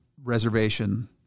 reservation